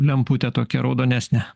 lemputė tokia raudonesnė